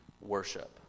worship